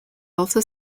also